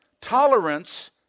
Tolerance